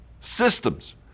systems